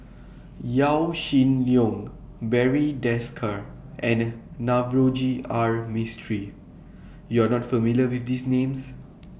Yaw Shin Leong Barry Desker and Navroji R Mistri YOU Are not familiar with These Names